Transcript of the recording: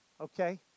Okay